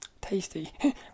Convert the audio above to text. Tasty